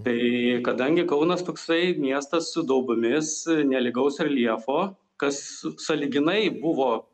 tai kadangi kaunas toksai miestas su daubomis nelygaus reljefo kas sąlyginai buvo